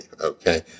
okay